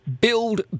build